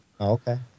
Okay